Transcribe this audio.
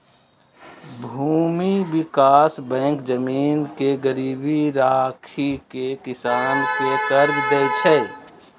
भूमि विकास बैंक जमीन के गिरवी राखि कें किसान कें कर्ज दै छै